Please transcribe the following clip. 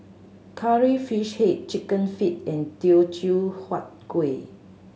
Curry Fish Head Chicken Feet and Teochew Huat Kueh